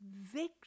victory